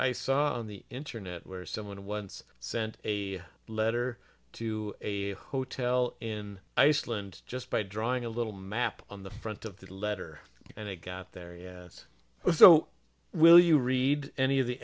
i saw on the internet where someone once sent a letter to a hotel in iceland just by drawing a little map on the front of that letter and it got there so will you read any of the